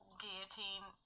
guillotine